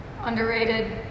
underrated